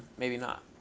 maybe not.